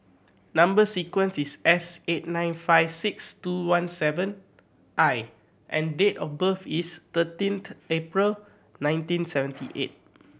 number sequence is S eight nine five six two one seven I and date of birth is thirteenth April nineteen seventy eight